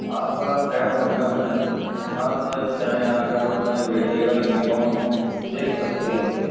آپ کا خیرمقدم ہے آپ جب چاہیں آ کر اپنے بیٹے کا یونیفارم دیکھ سکتے ہیں